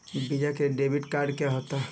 Visa debit card क्या होता है?